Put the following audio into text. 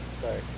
sorry